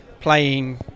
playing